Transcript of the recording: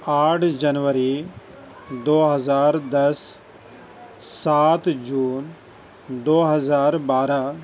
آٹھ جنوری دو ہزار دس سات جون دو ہزار بارہ